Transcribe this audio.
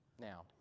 Now